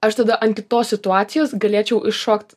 aš tada ant kitos situacijos galėčiau iššokt